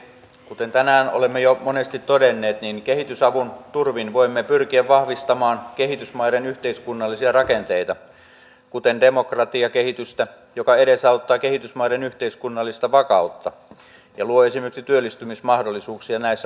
kuten tänään olemme jo monesti todenneet kehitysavun turvin voimme pyrkiä vahvistamaan kehitysmaiden yhteiskunnallisia rakenteita kuten demokratiakehitystä joka edesauttaa kehitysmaiden yhteiskunnallista vakautta ja luo esimerkiksi työllistymismahdollisuuksia näissä maissa